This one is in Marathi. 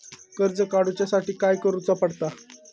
कर्ज काडूच्या साठी काय करुचा पडता?